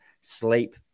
sleep